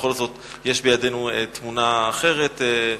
בכל זאת, יש בידינו תמונה אחרת.